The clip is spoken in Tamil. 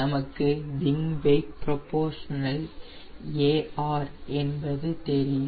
நமக்கு Wing Weight ∝ என்பது தெரியும்